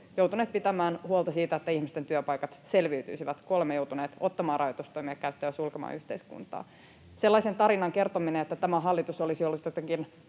joutuneet pitämään huolta siitä, että ihmisten työpaikat selviytyisivät, kun olemme joutuneet ottamaan rajoitustoimia käyttöön ja sulkemaan yhteiskuntaa. Sellaisen tarinan kertominen, että tämä hallitus olisi ollut jotenkin